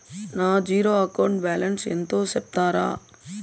నా zero account balance ఎంతో సెప్తారా?